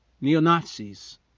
neo-Nazis